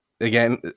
again